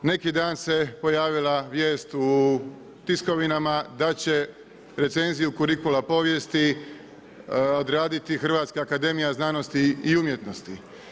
Neki dan se pojavila vijest u tiskovinama da će recenziju kurikula povijesti odraditi Hrvatska akademija znanosti i umjetnosti.